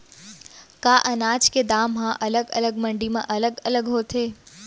का अनाज के दाम हा अलग अलग मंडी म अलग अलग होथे?